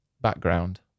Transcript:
background